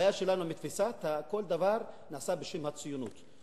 הבעיה שלנו היא עם התפיסה שכל דבר נעשה בשם הציונות,